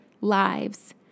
lives